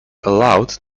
allowed